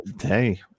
Hey